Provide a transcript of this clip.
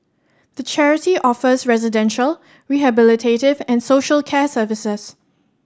the charity offers residential rehabilitative and social care services